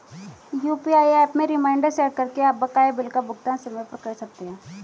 UPI app में reminder set करके आप बकाया बिल का भुगतान समय पर कर सकते हैं